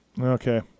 Okay